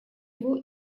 его